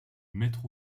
maître